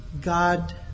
God